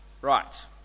right